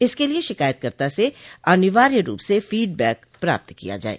इसके लिये शिकायत कर्ता से अनिवार्य रूप से फीड बैक प्राप्त किया जाये